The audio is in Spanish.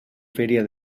feria